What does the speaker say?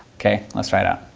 okay, let's try it out.